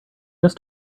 just